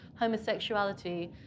homosexuality